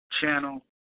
channel